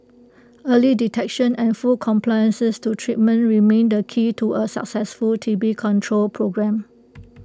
early detection and full compliance to treatment remain the key to A successful T B control programme